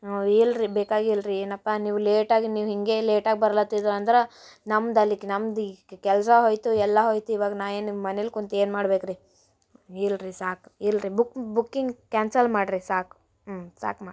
ಇಲ್ರಿ ಬೇಕಾಗಿಲ್ರಿ ಏನಪ್ಪ ನೀವು ಲೇಟಾಗಿ ನೀವು ಹೀಗೇ ಲೇಟಾಗಿ ಬರ್ಲತಿದ್ರ ಅಂದ್ರ ನಮ್ದು ಅಲ್ಲಿ ನಮ್ಮದು ಕೆಲಸ ಹೋಯಿತು ಎಲ್ಲ ಹೋಯಿತು ಇವಾಗ ನಾ ಏನು ನಿಮ್ಮ ಮನೆಯಲ್ಲಿ ಕುಂತು ಏನು ಮಾಡ್ಬೇಕ್ರೀ ಇಲ್ರಿ ಸಾಕು ಇಲ್ರಿ ಬುಕ್ ಬುಕ್ಕಿಂಗ್ ಕ್ಯಾನ್ಸಲ್ ಮಾಡ್ರಿ ಸಾಕು ಹ್ಞೂ ಸಾಕು ಮಾಡಿ